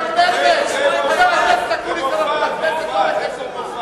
חבר הכנסת אקוניס, אנחנו נמצאים בכנסת.